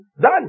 Done